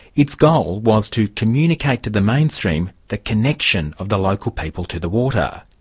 its goal was to communicate to the mainstream the connection of the local people to the water.